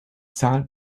zahl